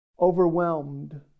Overwhelmed